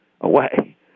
away